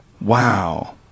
Wow